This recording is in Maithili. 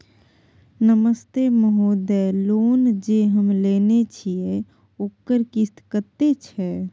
नमस्ते महोदय, लोन जे हम लेने छिये ओकर किस्त कत्ते छै?